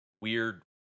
weird